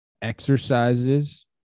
exercises